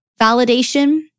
validation